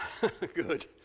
Good